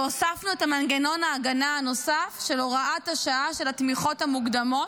והוספנו את מנגנון ההגנה הנוסף של הוראת השעה של התמיכות המוקדמות,